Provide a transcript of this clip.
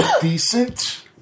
decent